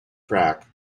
track